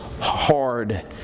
hard